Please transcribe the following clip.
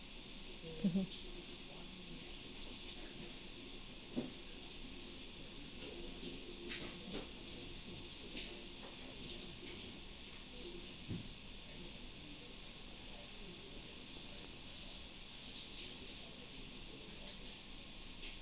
mmhmm